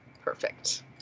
Perfect